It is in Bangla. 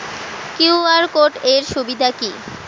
কিউ.আর কোড এর সুবিধা কি?